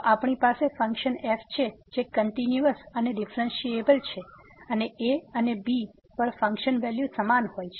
તો આપણી પાસે ફંકશન f છે જે કંટીન્યુઅસ અને ડિફ્રેન્સીએબલ છે અને a અને b પર ફંકશન વેલ્યુ સમાન હોય છે